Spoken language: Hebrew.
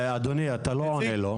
אדוני, אתה לא עונה לו.